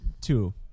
two